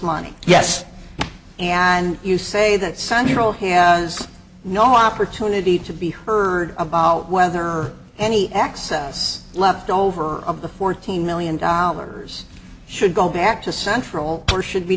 money yes and you say that some year old has no opportunity to be heard about whether any access left over of the fourteen million dollars should go back to central or should be